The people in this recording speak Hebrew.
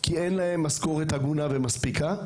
כי אין להם משכורת הגונה ומספיקה.